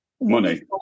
Money